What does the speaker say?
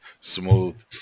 smooth